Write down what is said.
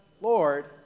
Lord